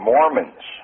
Mormons